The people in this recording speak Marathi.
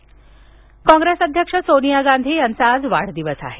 सोनिया गांधी वाढदिवस कॉग्रेस अध्यक्ष सोनिया गांधी यांचा आज वाढदिवस आहे